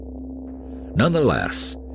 Nonetheless